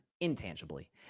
intangibly